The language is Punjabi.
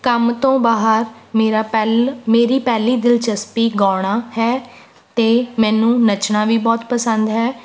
ਕੰਮ ਤੋਂ ਬਾਹਰ ਮੇਰਾ ਪਹਿਲ ਮੇਰੀ ਪਹਿਲੀ ਦਿਲਚਸਪੀ ਗਾਉਣਾ ਹੈ ਅਤੇ ਮੈਨੂੰ ਨੱਚਣਾ ਵੀ ਬਹੁਤ ਪਸੰਦ ਹੈ